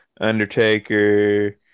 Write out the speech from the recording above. Undertaker